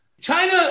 China